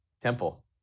Temple